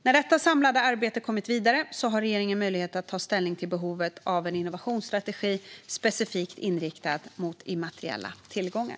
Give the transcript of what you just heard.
När detta samlade arbete kommit vidare har regeringen möjlighet ta ställning till behovet av en innovationsstrategi specifikt inriktad mot immateriella tillgångar.